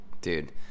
Dude